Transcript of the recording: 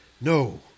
no